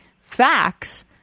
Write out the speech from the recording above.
facts